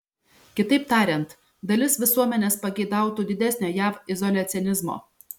kitaip tariant dalis visuomenės pageidautų didesnio jav izoliacionizmo